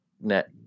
net